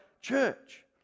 church